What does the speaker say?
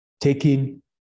taking